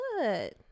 good